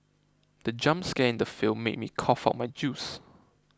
the jump scare in the film made me cough out my juice